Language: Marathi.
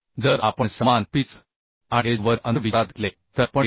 जर आपण समान पिच आणि एज वरील अंतर विचारात घेतले तर आपणKB ला 0